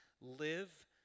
Live